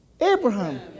Abraham